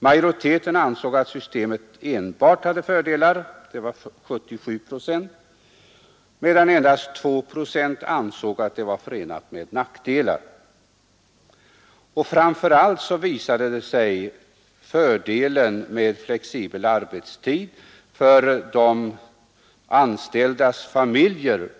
Majoriteten, 77 procent, ansåg att systemet enbart hade fördelar, och endast 2 procent ansåg att det var förenat med nackdelar. Framför allt visade sig systemet med flextid ha fördelar för de anställdas familjer.